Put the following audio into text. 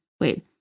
wait